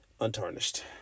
untarnished